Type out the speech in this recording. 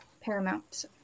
Paramount